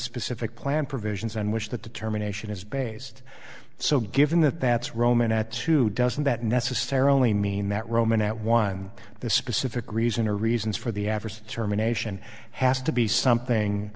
specific plan provisions on which the determination is based so given that that's roman at two doesn't that necessarily mean that roman at one of the specific reason or reasons for the adverse terminations has to be something